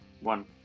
One